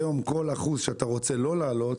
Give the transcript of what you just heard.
היום כל אחוז שאתה רוצה לא להעלות,